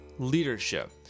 leadership